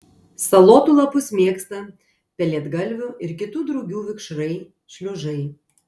salotų lapus mėgsta pelėdgalvių ir kitų drugių vikšrai šliužai